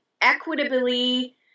equitably